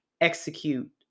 execute